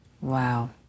Wow